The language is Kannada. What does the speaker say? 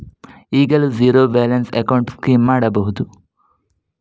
ಈಗಲೂ ಝೀರೋ ಬ್ಯಾಲೆನ್ಸ್ ಅಕೌಂಟ್ ಸ್ಕೀಮ್ ಮಾಡಬಹುದಾ?